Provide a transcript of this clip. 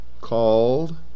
called